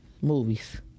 movies